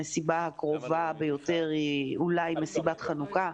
המסיבה הקרובה ביותר היא אולי מסיבת חנוכה,